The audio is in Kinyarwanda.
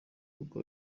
kuko